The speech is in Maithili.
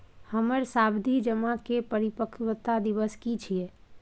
हमर सावधि जमा के परिपक्वता दिवस की छियै?